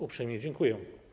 Uprzejmie dziękuję.